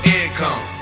income